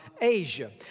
Asia